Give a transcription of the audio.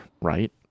Right